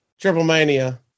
Triple-Mania